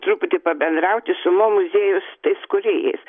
truputį pabendrauti su mo muziejaus tais kūrėjais